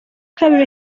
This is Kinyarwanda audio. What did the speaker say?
kabiri